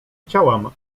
chciałam